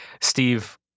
Steve